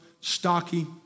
Stocky